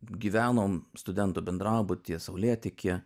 gyvenom studentų bendrabutyje saulėtekyje